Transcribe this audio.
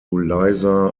liza